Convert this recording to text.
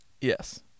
Yes